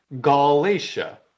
Galatia